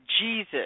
Jesus